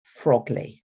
Frogley